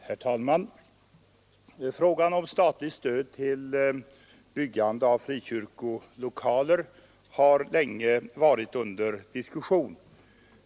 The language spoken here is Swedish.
Herr talman! Frågan om statligt stöd till byggande av frikyrkolokaler har länge varit under diskussion.